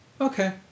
Okay